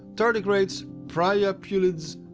tardigrades, priapulids,